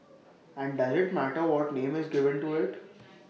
and does IT matter what name is given to IT